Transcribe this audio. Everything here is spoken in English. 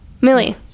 millie